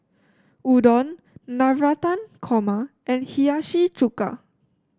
Udon Navratan Korma and Hiyashi Chuka